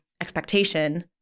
expectation